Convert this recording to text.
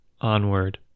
onward